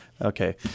Okay